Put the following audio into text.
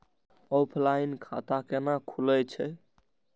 Offline खाता कैना खुलै छै?